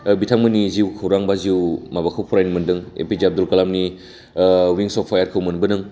दा बिथांमोननि जिउ खौरां बा जिउ माबाखौ फरायनो मोनदों ए पि जे आबदुल कालामनि विंस अफ फायार खौ मोनबोदों